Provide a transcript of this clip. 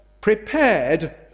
prepared